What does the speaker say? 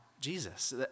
Jesus